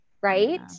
Right